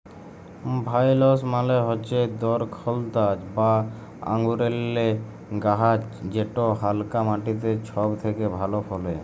ভাইলস মালে হচ্যে দরখলতা বা আঙুরেল্লে গাহাচ যেট হালকা মাটিতে ছব থ্যাকে ভালো ফলে